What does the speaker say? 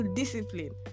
discipline